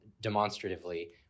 demonstratively